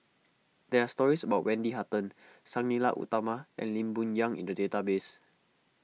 there are stories about Wendy Hutton Sang Nila Utama and Lee Boon Yang in the database